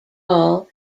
all